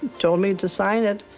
told me to sign it.